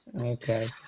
Okay